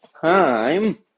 time